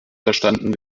verstanden